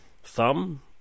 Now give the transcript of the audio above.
thumb